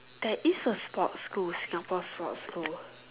there is a sports school Singapore sports school